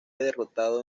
derrotado